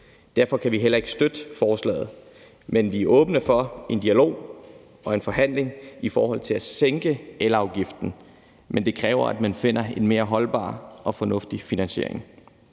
Derfor kan vi heller ikke støtte forslaget, men vi er åbne for en dialog og en forhandling i forhold til at sænke elafgiften. Men det kræver, at man finder en mere holdbar og fornuftig finansiering.